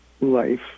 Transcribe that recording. life